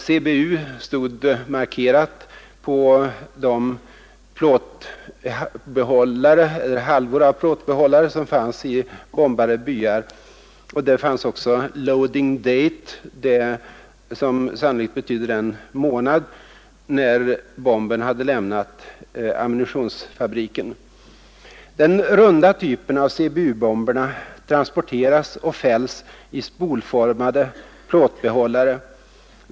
CBU stod det markerat på de plåtbehållare eller halvor av plåtbehållare som fanns i bombade byar. Där fanns också ”loading date”, som sannolikt betyder den månad när bomben lämnat ammunitionsfabriken. Den runda typen av CBU-bomberna transporteras och fälls i spolformade plåtbehållare.